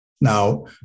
Now